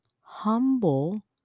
humble